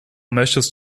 möchtest